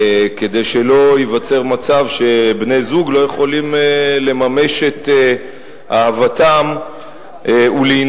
כדי שלא ייווצר מצב שבני-זוג לא יכולים לממש את אהבתם ולהינשא.